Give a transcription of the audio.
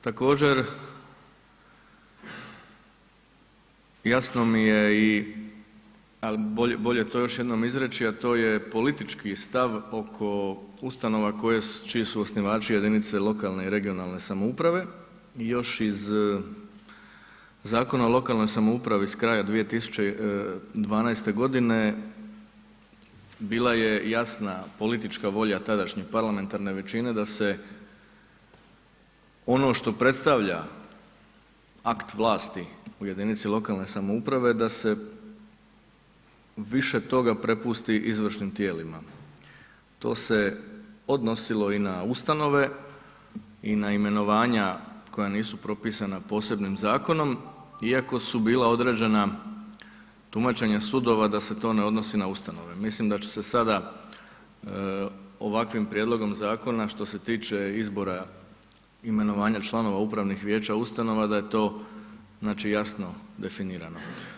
Također, jasno mi je i ali bolje to još jednom izreći a to je politički stav oko ustanova čiji su osnivački jedinice lokalne i regionalne samouprave, još iz Zakona o lokalnoj samoupravi iz kraja 2012. g. bila je jasna politička volja tadašnje parlamentarne većine da se ono što predstavlja akt vlasti u jedinici lokalne samouprave, da se više to prepusti izvršnim tijelima, to se odnosilo i na ustanove i na imenovanja koja nisu propisana posebnim zakonom iako su bila određena tumačenja sudova da se to ne odnosi na ustanove, mislim da će se sada ovakvim prijedlogom zakona što se tiče izbora imenovanja članova upravnih vijeća ustanova, da je to znači jasno definirano.